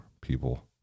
people